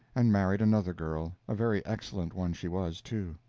and married another girl a very excellent one she was, too.